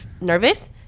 nervous